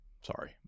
sorry